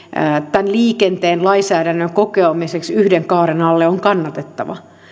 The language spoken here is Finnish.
tämän liikenteen lainsäädännön kokoamiseksi yhden kaaren alle on kannatettava